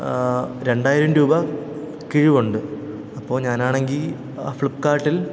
രണ്ടായിരം രൂപ കിഴിവുണ്ട് അപ്പോള് ഞാനാണെങ്കില് ആ ഫ്ലിപ്പ്കാർട്ടിൽ